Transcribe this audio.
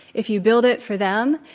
if you build it for them,